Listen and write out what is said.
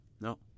No